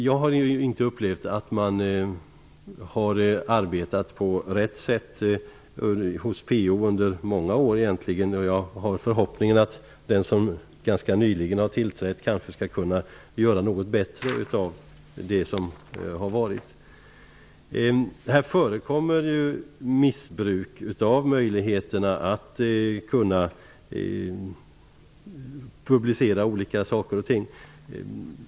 Jag har inte upplevt att man har arbetat på rätt sätt hos PO på många år. Jag har förhoppningen att den PO som ganska nyligen har tillträtt skall kunna göra något bättre av det som har varit. Det förekommer missbruk av möjligheterna att publicera olika saker och ting.